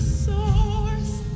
source